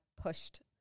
pushed